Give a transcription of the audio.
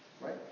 Right